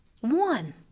One